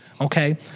Okay